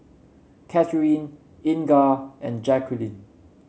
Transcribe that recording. Katheryn Inga and Jaqueline